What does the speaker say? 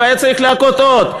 היה צריך להכות עוד.